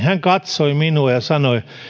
hän katsoi minua ja sanoi